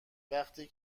وقتی